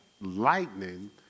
lightning